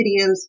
videos